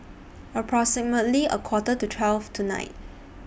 approximately A Quarter to twelve tonight